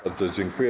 Bardzo dziękuję.